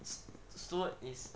steward is